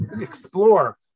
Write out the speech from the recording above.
explore